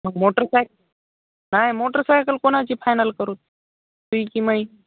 मग motorcycle motorcycle कोणाची final करू तुझी की माझी